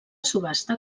subhasta